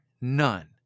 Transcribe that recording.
none